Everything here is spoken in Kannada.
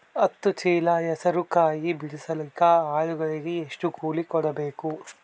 ಹತ್ತು ಚೀಲ ಹೆಸರು ಕಾಯಿ ಬಿಡಸಲಿಕ ಆಳಗಳಿಗೆ ಎಷ್ಟು ಕೂಲಿ ಕೊಡಬೇಕು?